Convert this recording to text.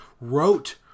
wrote